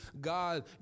God